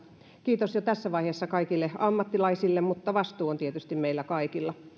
kiitos jo tässä vaiheessa kaikille ammattilaisille mutta vastuu on tietysti meillä kaikilla